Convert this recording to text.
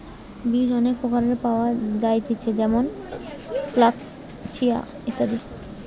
বীজ অনেক প্রকারের পাওয়া যায়তিছে যেমন ফ্লাক্স, চিয়া, ইত্যাদি